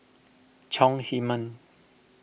Chong Heman